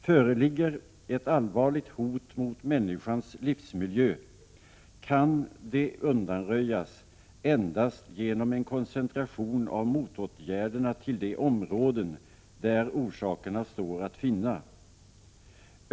Föreligger ett allvarligt hot mot människans livsmiljö kan det undanröjas endast genom en koncentration av motåtgärderna till de områden där orsakerna står att finna.